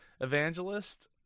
evangelist